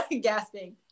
Gasping